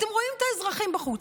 אתם רואים את האזרחים בחוץ.